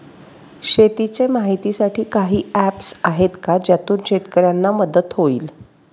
शेतीचे माहितीसाठी काही ऍप्स आहेत का ज्यातून शेतकऱ्यांना मदत होईल?